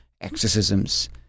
exorcisms